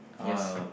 yes